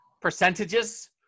Percentages